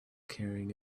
carrying